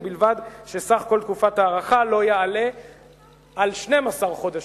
ובלבד שסך כל תקופת ההארכה לא יעלה על 12 חודשים.